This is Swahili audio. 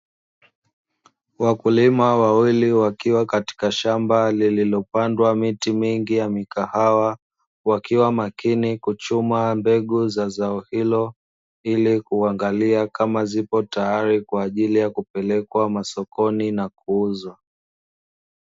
Wakulima wawili wakiwa katika shamba, lililopandwa kwenye miti mingi ya mikahawa, wakiwa makini kuchuma mbegu za zao hilo, ili kuangalia kama zipo tayari, kwa ajili ya kupelekwa masokoni na kuuzwa.